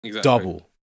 double